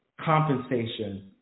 compensation